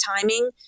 timing